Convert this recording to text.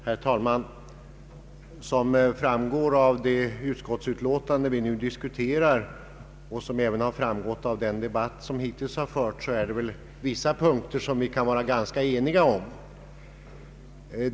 Herr talman! Som framgår av det utskottsutlåtande vi nu diskuterar och som även har framgått av debatten nyss, finns det vissa punkter som vi kan vara ganska eniga om.